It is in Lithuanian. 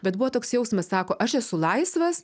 bet buvo toks jausmas sako aš esu laisvas